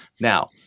now